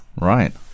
Right